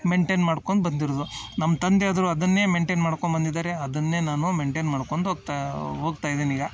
maintain ಮಾಡ್ಕೊಂಡು ಬಂದಿರೋದು ನಮ್ಮ ತಂದೆ ಆದರು ಅದನ್ನೇ ಮೆಂಟೇನ್ ಮಾಡ್ಕೊಂಡು ಬಂದಿದ್ದಾರೆ ಅದನ್ನೇ ನಾನು ಮೆಂಟೇನ್ ಮಾಡ್ಕೊಂಡ್ ಹೋಗ್ತಾ ಹೋಗ್ತಾ ಇದ್ದೀನಿ ಈಗ